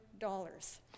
dollars